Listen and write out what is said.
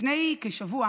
לפני כשבוע